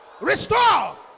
restore